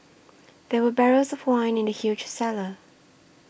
there were barrels of wine in the huge cellar